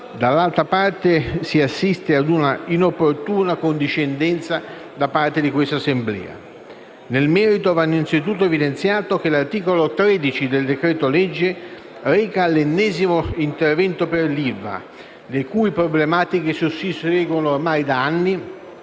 dall'altra parte si assiste ad una inopportuna condiscendenza da parte di questa Assemblea. Nel merito, va innanzitutto evidenziato che l'articolo 13 del decreto-legge reca l'ennesimo intervento per l'ILVA, le cui problematiche si susseguono ormai da anni,